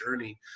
journey